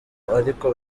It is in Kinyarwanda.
ariko